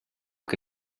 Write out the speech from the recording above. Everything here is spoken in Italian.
che